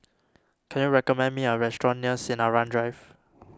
can you recommend me a restaurant near Sinaran Drive